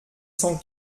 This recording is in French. cent